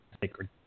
sacred